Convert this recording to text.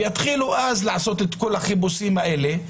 ויתחילו אז לעשות את כל החיפושים האלה.